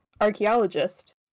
archaeologist